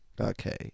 Okay